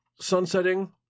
sunsetting